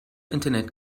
internet